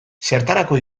zertarako